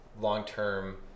long-term